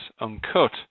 Uncut